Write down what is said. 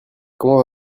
comment